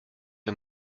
ihr